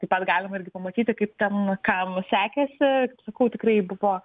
taip pat galima irgi pamatyti kaip ten kam sekėsi sakau tikrai buvo